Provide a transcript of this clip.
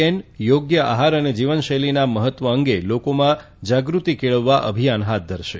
N યોગ્ય આહાર અને જીવનશૈલીના મહત્વ અંગે લોકમાં જાગૃતી કેળવવા અભિયાન હાથ ધરશે